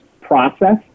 process